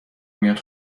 میاد